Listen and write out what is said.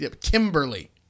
Kimberly